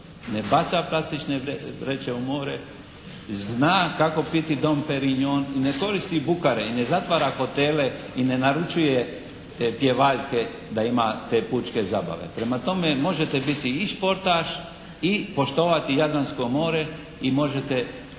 Ne baca plastične vreće u more, zna kako piti "Don Perignon" i ne koristi bukare i ne zatvara hotele i ne naručuje pjevaljke da ima te pučke zabave. Prema tome možete biti i sportaš i poštovati Jadransko more i možete